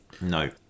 No